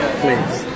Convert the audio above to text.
please